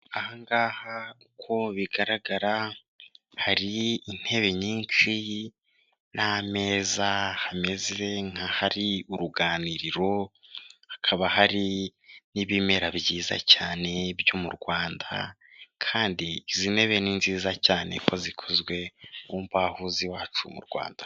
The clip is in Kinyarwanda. Ahangaha uko bigaragara hari intebe nyinshi n'ameza hameze nk'ahari uruganiriro, hakaba hari n'ibimera byiza cyane byo mu Rwanda kandi izi ntebe ni nziza cyane kuko zikozwe mu mbaho z'iwacu mu Rwanda.